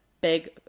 big